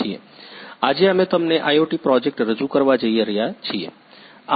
આજે અમે તમને IoT પ્રોજેક્ટ રજૂ કરવા જઈ રહ્યા છીએ